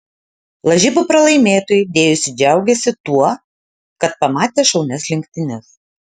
lažybų pralaimėtojai dėjosi džiaugiąsi tuo kad pamatė šaunias lenktynes